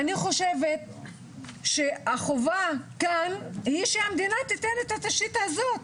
אני חושבת שהחובה כאן היא שהמדינה תיתן את התשתית הזאת,